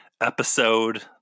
episode